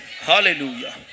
Hallelujah